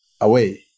away